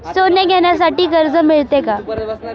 सोने घेण्यासाठी कर्ज मिळते का?